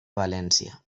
valència